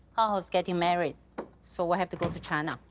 he's getting married so we have to go to china.